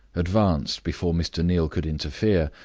advanced before mr. neal could interfere,